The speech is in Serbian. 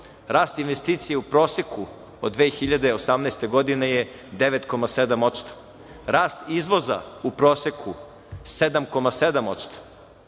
Rast investicija u proseku od 2018. godine je 9,7%. Rast izvoza u proseku 7,7%,